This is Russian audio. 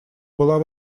была